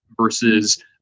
versus